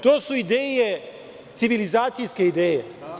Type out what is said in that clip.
To su civilizacijske ideje.